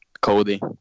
cody